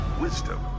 wisdom